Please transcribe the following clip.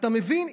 אתה מבין?